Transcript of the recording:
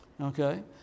okay